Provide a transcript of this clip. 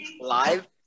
Live